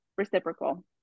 Reciprocal